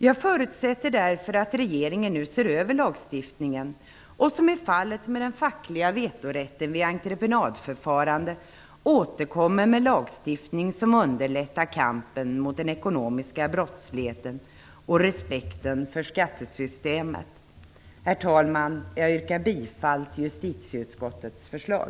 Jag förutsätter därför att regeringen nu ser över lagstiftningen och, som i fallet med den fackliga vetorätten vid entrepenadförfaranden, återkommer med en lagstiftning som underlättar kampen mot den ekonomiska brottsligheten och respekten för skattesystemet. Herr talman! Jag yrkar bifall till justitieutskottets förslag.